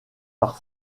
par